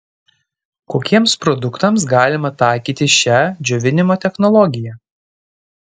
kokiems produktams galima taikyti šią džiovinimo technologiją